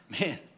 Man